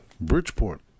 Bridgeport